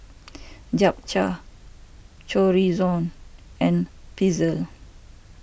Japchae Chorizo and Pretzel